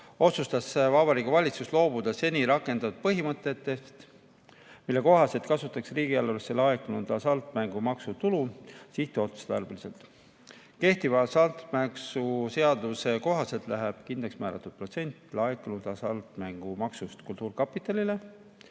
otsustas Vabariigi Valitsus loobuda seni rakendatud põhimõtetest, mille kohaselt kasutatakse riigieelarvesse laekunud hasartmängumaksu tulu sihtotstarbeliselt. Kehtiva hasartmängumaksu seaduse kohaselt läheb kindlaksmääratud protsent laekunud hasartmängumaksust kultuurkapitalile